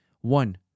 One